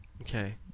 Okay